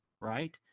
right